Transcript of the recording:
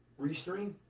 restream